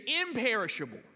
imperishable